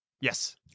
Yes